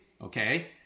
okay